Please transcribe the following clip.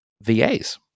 VAs